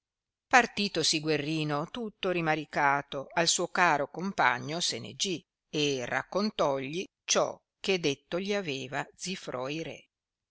cosa partitosi guerrino tutto rimaricato al suo caro compagno se ne gì e raccontogli ciò che detto gli aveva zifroi re